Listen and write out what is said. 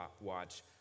watch